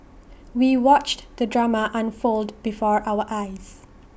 we watched the drama unfold before our eyes